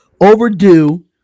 overdue